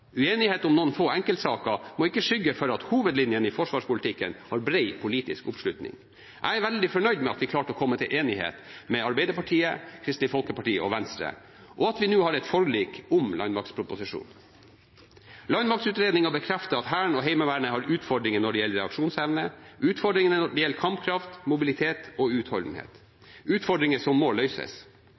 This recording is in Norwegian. Uenighet om noen få enkeltsaker må ikke skygge for at hovedlinjene i forsvarspolitikken har bred politisk oppslutning. Jeg er veldig fornøyd med at vi klarte å komme til enighet med Arbeiderpartiet, Kristelig Folkeparti og Venstre, og at vi nå har et forlik om landmaktproposisjonen. Landmaktutredningen bekreftet at Hæren og Heimevernet har utfordringer når det gjelder reaksjonsevne, og utfordringer når det gjelder kampkraft, mobilitet og utholdenhet – utfordringer som må